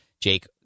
Jake